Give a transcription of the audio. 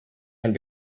and